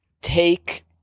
take